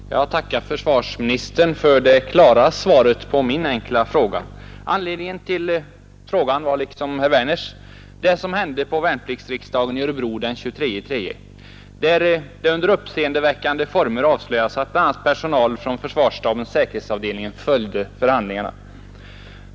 Herr talman! Jag tackar försvarsministern för det klara svaret på min enkla fråga. Anledningen till min fråga liksom till herr Werners var det som hände vid värnpliktsriksdagen i Örebro den 23 mars, där det under uppseendeväckande former avslöjades att personal från försvarsstabens säkerhetsavdelning följde förhandlingarna.